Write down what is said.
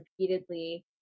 repeatedly